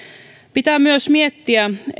pitää myös miettiä